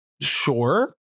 sure